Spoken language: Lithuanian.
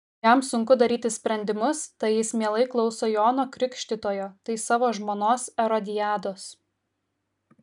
jam sunku daryti sprendimus tai jis mielai klauso jono krikštytojo tai savo žmonos erodiados